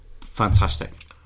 fantastic